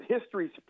history